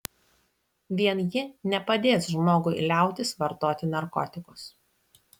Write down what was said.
vien ji nepadės žmogui liautis vartoti narkotikus